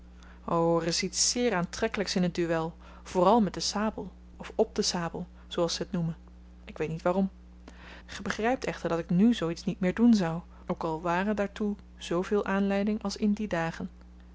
o er is iets zeer aantrekkelyks in het duel vooral met de sabel of op de sabel zooals ze t noemen ik weet niet waarom ge begrypt echter dat ik nu zoo iets niet meer doen zou ook al ware daartoe zooveel aanleiding als in die dagen